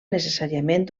necessàriament